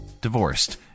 divorced